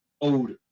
older